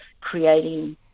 creating